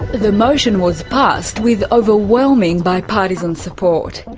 the motion was passed with overwhelming bipartisan support.